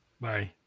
Bye